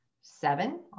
seven